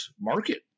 market